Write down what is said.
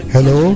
Hello